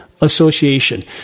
Association